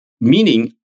meaning